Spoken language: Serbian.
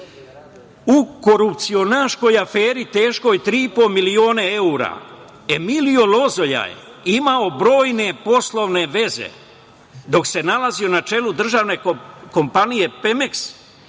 korupcionaškoj aferi teškoj 3,5 miliona evra, Emilijo Lozoja je imao brojne poslovne veze dok se nalazio na čelu državne kompanije „Pemeks“,